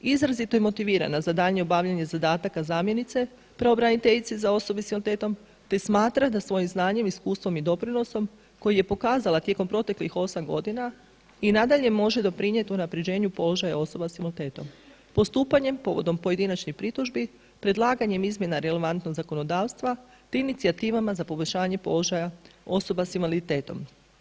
Izrazito je motivirana za daljnje obavljanje zadataka zamjenice pravobraniteljice za osobe s invaliditetom te smatra da svojim znanjem, iskustvom i doprinosom koji je pokazala tijekom proteklih osam godina i nadalje može doprinijeti unapređenju položaja osoba s invaliditetom postupanjem povodom pojedinačnih pritužbi, predlaganjem izmjena relevantnog zakonodavstva te inicijativama za poboljšanje položaja osoba s invaliditetom.